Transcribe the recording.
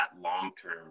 long-term